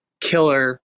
killer